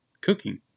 Cooking